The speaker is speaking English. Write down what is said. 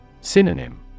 Synonym